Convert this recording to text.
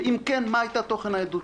כי הוא ידע,